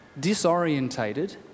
disorientated